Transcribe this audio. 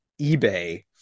eBay